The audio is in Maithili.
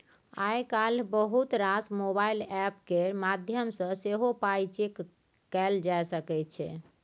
आइ काल्हि बहुत रास मोबाइल एप्प केर माध्यमसँ सेहो पाइ चैक कएल जा सकै छै